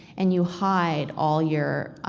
and you hide all your